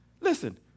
listen